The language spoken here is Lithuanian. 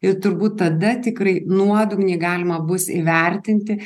ir turbūt tada tikrai nuodugniai galima bus įvertinti